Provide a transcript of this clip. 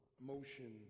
motion